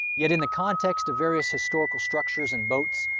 yet in the context of various historical structures and boats,